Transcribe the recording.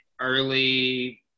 early